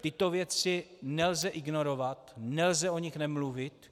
Tyto věci nelze ignorovat, nelze o nich nemluvit.